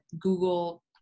Google